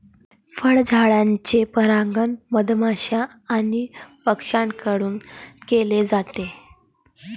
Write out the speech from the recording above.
फळझाडांचे परागण मधमाश्या आणि पक्ष्यांकडून केले जाते